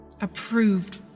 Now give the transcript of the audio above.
approved